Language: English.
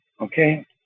okay